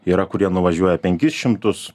yra kurie nuvažiuoja penkis šimtus